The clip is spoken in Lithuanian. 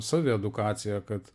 saviedukacija kad